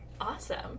Awesome